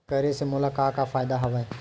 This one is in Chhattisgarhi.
करे से मोला का का फ़ायदा हवय?